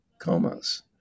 comas